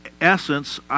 essence